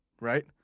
Right